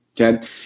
Okay